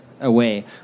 away